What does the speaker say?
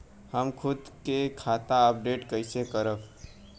हम खुद से खाता अपडेट कइसे करब?